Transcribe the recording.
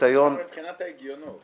ניסיון --- מבחינת ההיגיון,